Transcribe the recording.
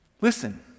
Listen